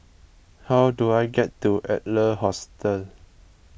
how do I get to Adler Hostel